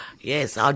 Yes